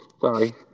Sorry